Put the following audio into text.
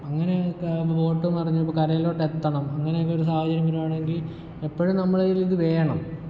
അങ്ങനെക്കെയാകുമ്പോൾ boat മറിഞ്ഞു ഇപ്പം കരേലോട്ട് എത്തണം അങ്ങനേക്കെ ഒരു സാഹചര്യം വരുവാണെങ്കിൽ എപ്പോഴും നമ്മുടെ കയ്യിലിത് വേണം